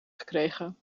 gekregen